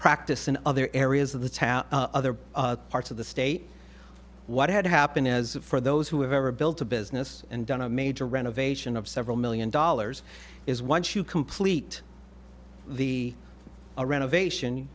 practice in other areas of the other parts of the state what had happened as for those who have ever built a business and done a major renovation of several million dollars is once you complete the renovation